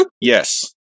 Yes